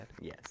Yes